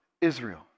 Israel